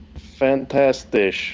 Fantastic